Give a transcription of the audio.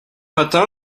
matin